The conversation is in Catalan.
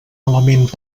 element